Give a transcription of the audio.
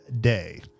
day